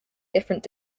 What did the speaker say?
different